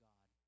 God